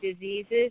diseases